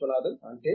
విశ్వనాథన్ అంటే